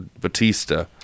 Batista